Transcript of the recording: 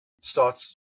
starts